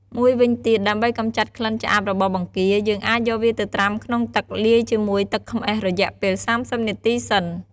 មួយវិញទៀត ដើម្បីកំចាត់ក្លិនច្អាបរបស់បង្គា យើងអាចយកវាទៅត្រាំក្នុងទឹកលាយជាមួយទឹកខ្មេះ រយៈពេល៣០នាទីសិន។